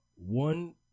one